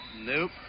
Nope